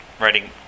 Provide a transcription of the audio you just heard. writing